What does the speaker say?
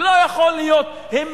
לא יכול להיות, הם